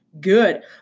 Good